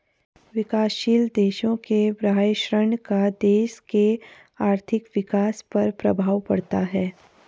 विकासशील देशों के बाह्य ऋण का देश के आर्थिक विकास पर प्रभाव पड़ता है